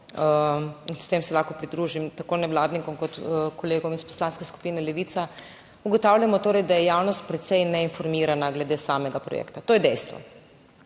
in s tem se lahko pridružim tako nevladnikom, kot kolegom iz Poslanske skupine Levica, ugotavljamo torej, da je javnost precej neinformirana glede samega projekta. To je dejstvo.